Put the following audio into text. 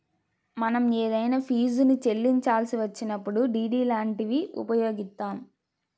మనం ఏదైనా ఫీజుని చెల్లించాల్సి వచ్చినప్పుడు డి.డి లాంటివి ఉపయోగిత్తాం